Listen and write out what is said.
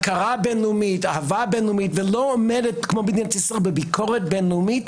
מאהבה בינלאומית ולא עומדת אם מול ביקורת בינלאומית